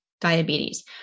diabetes